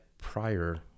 prior